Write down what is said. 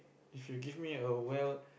if you give me a well